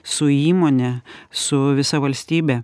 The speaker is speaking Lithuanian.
su įmone su visa valstybe